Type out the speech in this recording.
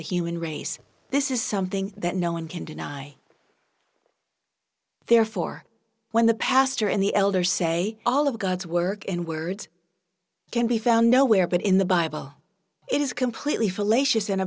the human race this is something that no one can deny therefore when the pastor in the elders say all of god's work and words can be found nowhere but in the bible it is completely fallacious